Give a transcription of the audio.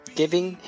giving